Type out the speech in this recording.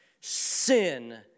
sin